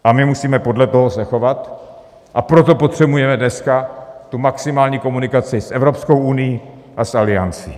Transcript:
A my musíme podle toho se chovat, a proto potřebujeme dneska tu maximální komunikaci s Evropskou unií a s Aliancí.